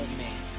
man